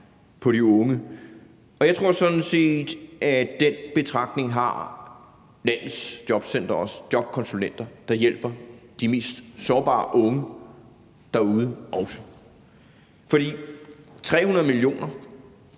for de unge. Jeg tror sådan set, at den betragtning har landets jobcentre og jobkonsulenter, der hjælper de mest sårbare unge derude, også. For forslaget